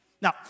Now